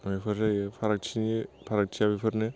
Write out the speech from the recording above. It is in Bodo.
बेफोर जायो फारागथिनि फारागथिया बेफोरनो